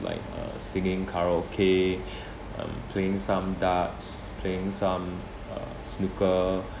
like uh singing karaoke um playing some darts playing some uh snooker